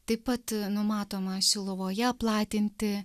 taip pat numatoma šiluvoje platinti